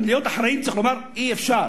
אם להיות אחראיים, צריך לומר: אי-אפשר.